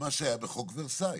במה שהיה בחוק ורסאי.